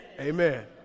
Amen